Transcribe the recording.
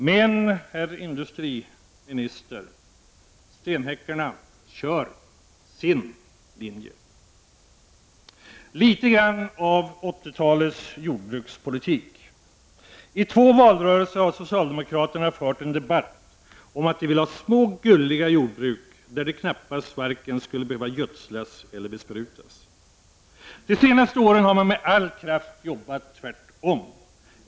Men, herr industriminister, ”stenhäckarna” kör sin linje! Några ord om 80-talets jordbrukspolitik. I två valrörelser har socialdemokraterna fört en debatt om att de vill ha små gulliga jordbruk, där det knappast varken skulle behöva gödslas eller besprutas. Det senaste åren har man med all kraft arbetat tvärtom.